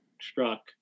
struck